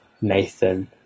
nathan